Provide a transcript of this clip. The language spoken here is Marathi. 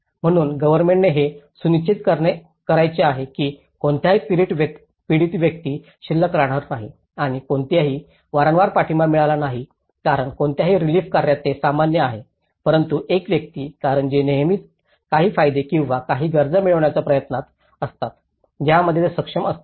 म्हणूनच गव्हर्नमेंटने हे सुनिश्चित करायचे आहे की कोणतीही पीडित व्यक्ती शिल्लक राहणार नाही आणि कोणालाही वारंवार पाठिंबा मिळाला नाही कारण कोणत्याही रिलीफ कार्यात ते सामान्य आहे परंतु एक व्यक्ती कारण ते नेहमीच काही फायदे किंवा काही गरजा मिळवण्याच्या प्रयत्नात असतात ज्यामध्ये ते सक्षम असतील